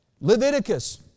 Leviticus